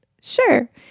sure